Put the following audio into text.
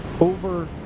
over